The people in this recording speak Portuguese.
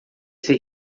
ser